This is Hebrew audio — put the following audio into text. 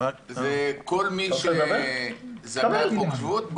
זה כל מי שזכאי חוק שבות,